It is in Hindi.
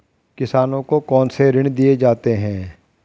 किसानों को कौन से ऋण दिए जाते हैं?